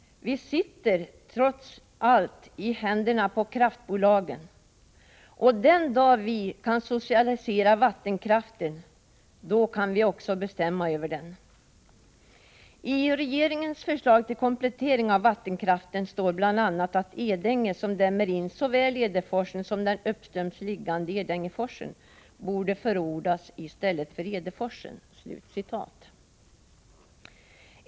Vi sitter trots allt i händerna på kraftbolagen. Den dag vi kan socialisera vattenkraften, då kan vi också bestämma över den. I regeringens förslag till komplettering av vattenkraften står bl.a. att Edänge, som dämmer in såväl Edeforsen som den uppströms liggande Edängeforsen, borde förordas i stället för Edeforsen.